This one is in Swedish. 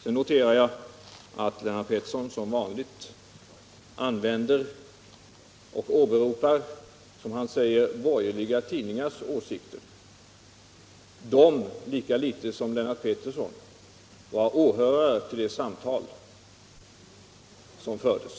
Sedan noterar jag att Lennart Pettersson som vanligt åberopar borgerliga tidningars åsikter. De var lika litet som Lennart Pettersson åhörare till det samtal som fördes.